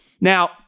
Now